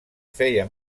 feia